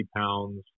pounds